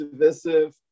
divisive